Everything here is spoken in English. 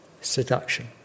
Seduction